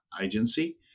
Agency